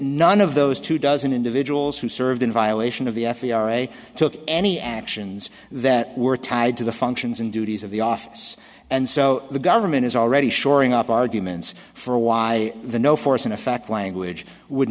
of those two dozen individuals who served in violation of the f b i took any actions that were tied to the functions and duties of the office and so the government is already shoring up arguments for why the no force and effect language would